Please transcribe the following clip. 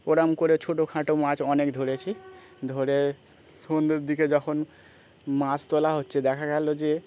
ওরকম করে ছোটো খাটো মাছ অনেক ধরেছি ধরে সন্ধ্যের দিকে যখন মাছ তোলা হচ্ছে দেখা গেললো যে